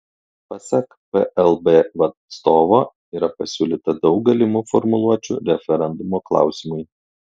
pasak plb atstovo yra pasiūlyta daug galimų formuluočių referendumo klausimui